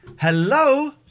Hello